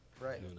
right